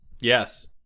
Yes